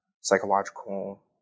psychological